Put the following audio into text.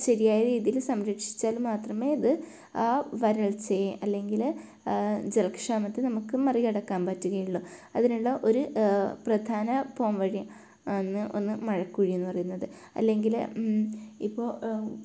ശരിയായ രീതീയിൽ സംരക്ഷിച്ചാൽ മാത്രമേ ഇത് ആ വരൾച്ചയെ അല്ലെങ്കിൽ ജല ക്ഷാമത്തെ നമുക്ക് മറികടക്കാൻ പറ്റുകയുള്ളൂ അതിനുള്ള ഒരു പ്രധാന പോംവഴി ആണ് ഒന്ന് മഴക്കുഴിയെന്ന് പറയുന്നത് അല്ലെങ്കിൽ ഇപ്പോൾ